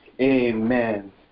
Amen